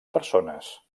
persones